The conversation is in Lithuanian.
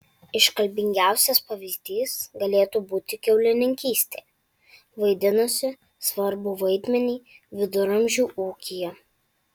iškalbingiausias pavyzdys galėtų būti kiaulininkystė vaidinusi svarbų vaidmenį viduramžių ūkyje